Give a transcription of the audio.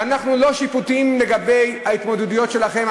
ואנחנו לא שיפוטיים לגבי ההתמודדויות שלכם,